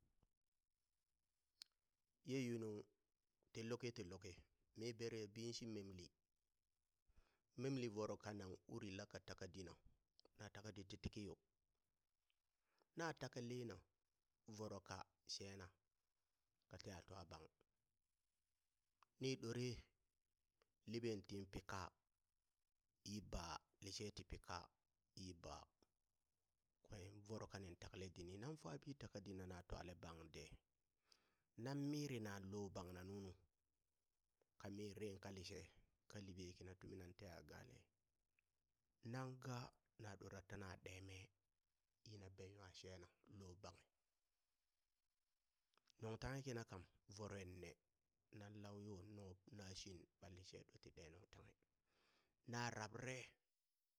Ye yunung ti luki ti luki mi berebi shi memli, memli voro kanan uri laka taka dina na taka dit ti tikiyo, na taka le na voro ka shena ka teha twa bang ni ɗore, liɓen tin pi kaa yi baa lishe ti pi ka yi baa kwen voro nin takale dini nan fabi taka dina na twale bang de nan mirinaŋ lo bangna nu nu, ka miririn ka lishe ka libe kina tumi nan teha gaale naŋ ga na ɗora tina ɗe mee yina ben nwa shena lo banghi, nung tanghe kina kam voruen ne nan lau yo nob nashin lishe ɗot ti ɗee nung tanghe, na rabrare.